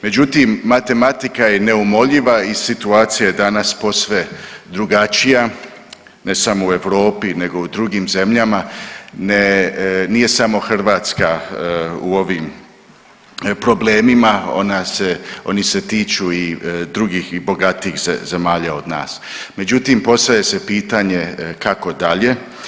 Međutim, matematika je neumoljiva i situacija je danas posve drugačija, ne samo u Europi nego i u drugim zemljama, nije samo Hrvatska u ovim problemima, oni se tiču i drugih i bogatijih zemalja od nas, međutim postavlja se pitanje kako dalje.